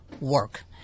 work